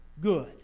good